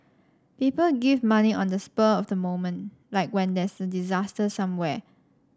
people give money on the spur of the moment like when there's a disaster somewhere